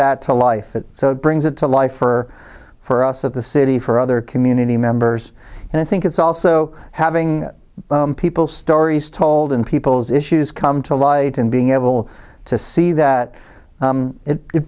that to life so it brings it to life or for us at the city for other community members and i think it's also having people stories told in people's issues come to light and being able to see that